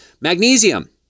Magnesium